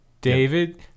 David